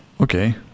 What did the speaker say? okay